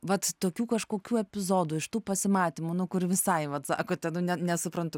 vat tokių kažkokių epizodų iš tų pasimatymų nu kur visai vat sakote nu ne nesuprantu